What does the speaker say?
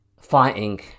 fighting